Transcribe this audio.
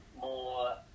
more